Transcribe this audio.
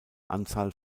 anzahl